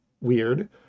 weird